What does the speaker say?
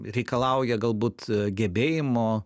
reikalauja galbūt gebėjimo